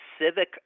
civic